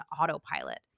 autopilot